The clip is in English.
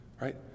right